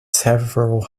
several